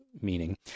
meaning